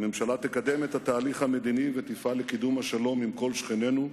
הממשלה תקדם את התהליך המדיני ותפעל לקידום השלום עם כל שכנינו,